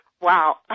Wow